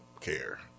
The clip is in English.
care